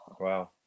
wow